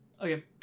okay